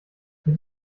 mit